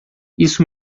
isso